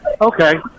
Okay